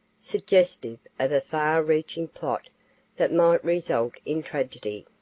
suggestive of a far-reaching plot that might result in tragedy.